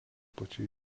plačiai